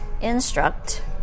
instruct